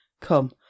come